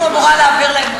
אני אפילו אמורה להעביר להם,